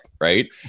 Right